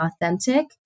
authentic